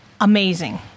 Amazing